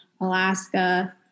Alaska –